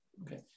okay